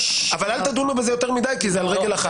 אבל אל תדונו בזה יותר מדי כי זה על רגל אחת.